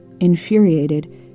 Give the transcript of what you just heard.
Infuriated